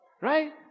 right